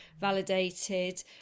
validated